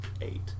eight